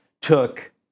took